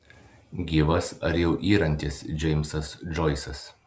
gyvas ar jau yrantis džeimsas džoisas